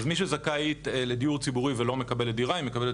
מי שזכאית לדיור ציבורית ולא מקבלת דירה: היא מקבלת